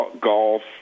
golf